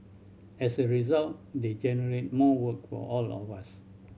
as a result they generate more work for all of us